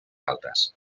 altes